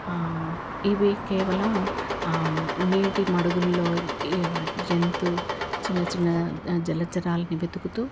ఇవి కేవలం నేటి మడుగుల్లో జంతు చిన్న చిన్న జలచరాలని వెతుకుతూ